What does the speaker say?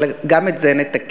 אבל גם את זה נתקן,